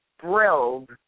thrilled